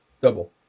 Double